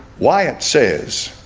why it says